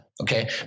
Okay